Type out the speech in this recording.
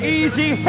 Easy